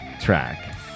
track